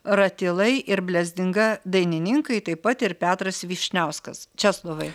ratilai ir blezdinga dainininkai taip pat ir petras vyšniauskas česlovai